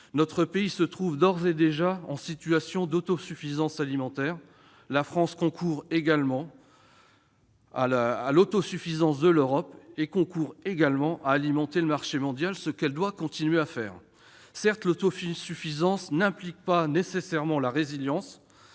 France se trouve d'ores et déjà en situation d'autosuffisance alimentaire. Elle concourt également à l'autosuffisance de l'Europe et contribue à alimenter le marché mondial, ce qu'elle doit continuer à faire. Certes, l'autosuffisance n'implique pas nécessairement la résilience,